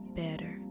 better